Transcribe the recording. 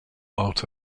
out